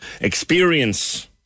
Experience